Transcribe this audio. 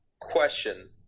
Question